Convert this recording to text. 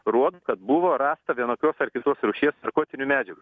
rodo kad buvo rasta vienokios ar kitos rūšies narkotinių medžiagų